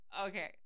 okay